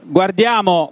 guardiamo